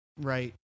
right